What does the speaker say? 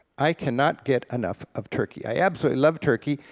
i cannot get enough of turkey. i absolutely love turkey,